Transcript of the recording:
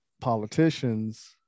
politicians